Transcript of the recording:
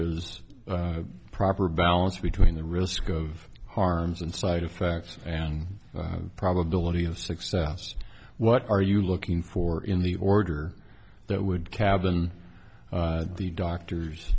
is a proper balance between the risk of harms and side effects and probability of success what are you looking for in the order that would kabam the doctor